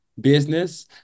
business